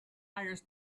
hires